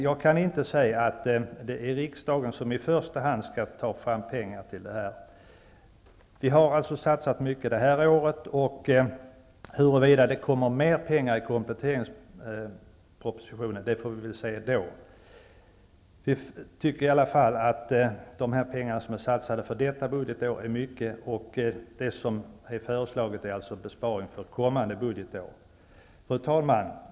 Jag kan inte se att det i första hand är riksdagen som skall ta fram pengar till detta. Vi har satsat mycket i år. Huruvida det kommer mer pengar i kompletteringspropositionen får vi se senare. Jag tycker att man har satsat mycket pengar för detta budgetår. Man har alltså föreslagit besparing för kommande budgetår. Fru talman!